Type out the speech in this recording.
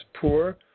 poor